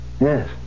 Yes